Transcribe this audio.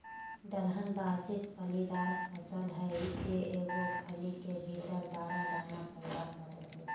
दलहन वार्षिक फलीदार फसल हइ जे एगो फली के भीतर बारह दाना पैदा करेय हइ